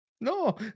No